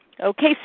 Okay